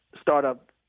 startup